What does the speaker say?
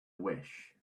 wish